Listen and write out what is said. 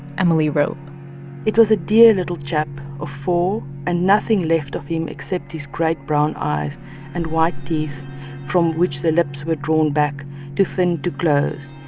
emily wrote it was a dear little chap of four and nothing left of him except his great brown eyes and white teeth from which the lips were drawn back too thin to close.